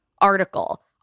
Article